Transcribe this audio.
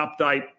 update